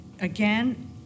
again